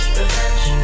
revenge